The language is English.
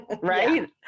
Right